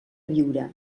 viure